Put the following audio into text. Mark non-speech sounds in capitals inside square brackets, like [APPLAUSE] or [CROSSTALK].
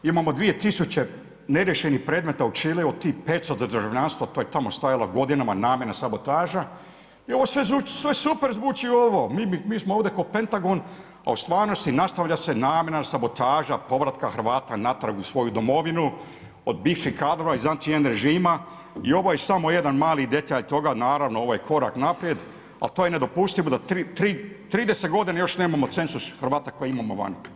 Imamo 2 000 neriješenih predmeta u Čileu, od 500 za državljanstvo, to je tamo stajalo godinama, namjerna sabotaža i ovo sve super zvuči, mi smo kao Pentagon a u stvarnosti nastavlja se namjerna sabotaža povratka Hrvata natrag u svoju domovinu od bivših kadrova iz … [UNINTELLIGIBLE] režima i ovo je samo jedan mali detalj toga, naravno ovo je korak naprijed ali to je nedopustivo da 30 godina još nemamo cenzus Hrvata koje imamo vani.